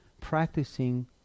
practicing